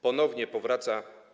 Ponownie powraca.